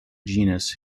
genus